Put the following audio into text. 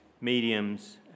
mediums